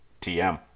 TM